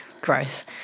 Gross